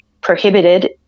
prohibited